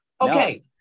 Okay